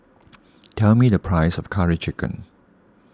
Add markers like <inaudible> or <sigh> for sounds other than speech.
<noise> tell me the price of Curry Chicken